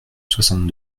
soixante